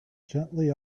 gently